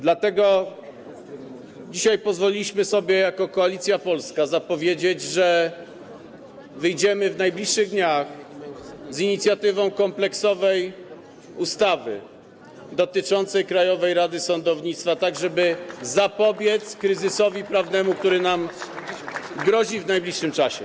Dlatego dzisiaj pozwoliliśmy sobie jako Koalicja Polska zapowiedzieć, że wyjdziemy w najbliższych dniach z inicjatywą kompleksowej ustawy dotyczącej Krajowej Rady Sądownictwa, tak żeby zapobiec kryzysowi prawnemu, który nam grozi w najbliższym czasie.